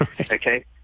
okay